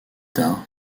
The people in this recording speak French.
tard